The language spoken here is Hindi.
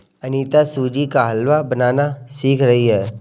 अनीता सूजी का हलवा बनाना सीख रही है